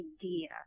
idea